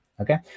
okay